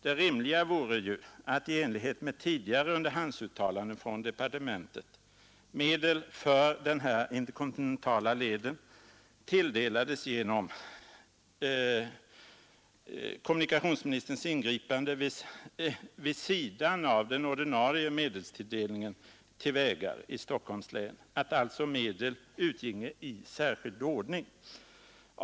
Det rimliga vore ju att, i enlighet med tidigare underhandsuttalanden från departementet, medel för denna interkontinentala led tilldelades genom kommunikationsministerns ingripande vid sidan av den ordinarie medelstilldelningen till vägar i Stockholms län — att alltså medel utginge i särskild ordning.